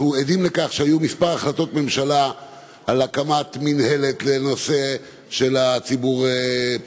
אנחנו עדים לכך שהיו כמה החלטות ממשלה על הקמת מינהלת לנושא של פיתוח